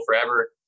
forever